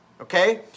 Okay